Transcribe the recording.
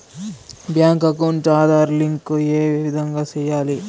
Bank account Aadhaar link ఏ విధంగా సెయ్యాలి?